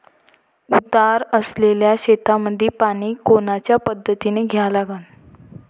उतार असलेल्या शेतामंदी पानी कोनच्या पद्धतीने द्या लागन?